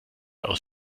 aus